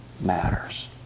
matters